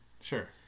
Sure